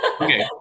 Okay